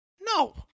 No